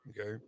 Okay